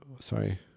sorry